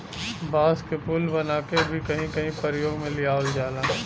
बांस क पुल बनाके भी कहीं कहीं परयोग में लियावल जाला